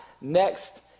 next